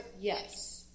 yes